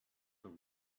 till